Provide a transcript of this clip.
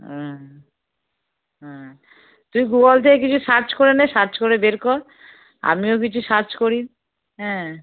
হ্যাঁ হ্যাঁ তুই গুগল থেকে কিছু সার্চ করে নে সার্চ করে বের কর আমিও কিছু সার্চ করি হ্যাঁ